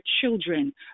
children